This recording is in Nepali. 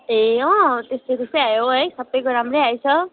ए अँ त्यस्तै त्यस्तै आयो है सबैको राम्रै आएछ